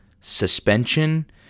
suspension